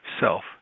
self